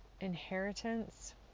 inheritance